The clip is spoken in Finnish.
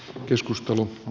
keskustelu on